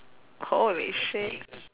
holy shit